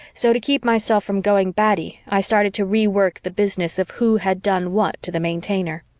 so, to keep myself from going batty, i started to rework the business of who had done what to the maintainer.